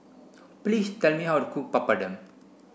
please tell me how to cook Papadum